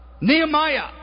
Nehemiah